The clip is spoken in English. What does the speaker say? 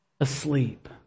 asleep